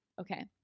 Okay